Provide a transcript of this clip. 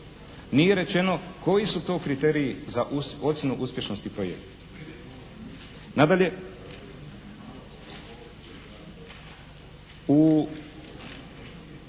nije rečeno koji su to kriteriji za ocjenu uspješnosti projekta. Nadalje, u